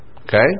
Okay